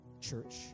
church